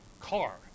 car